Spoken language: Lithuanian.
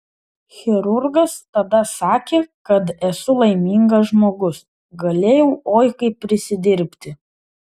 chirurgas tada sakė kad esu laimingas žmogus galėjau oi kaip prisidirbti